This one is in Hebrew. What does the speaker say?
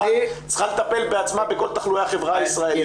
צריכה לטפל בעצמה בכל תחלואי החברה הישראלית,